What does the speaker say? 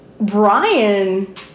Brian